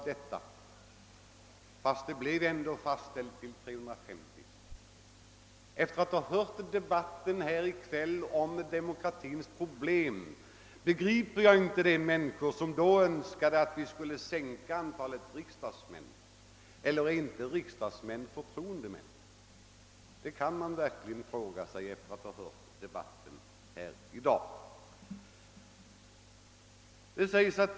Antalet fastställdes emellertid till 350. Men efter att ha lyssnat till denna debatt i kväll om demokratins problem förstår jag inte dem som då ville sänka antalet riksdagsmän — ty är inte riksdagens ledamöter förtroendemän? Det kan man verkligen fråga sig efter att ha lyssnat till denna debatt.